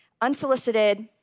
Unsolicited